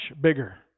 bigger